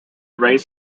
race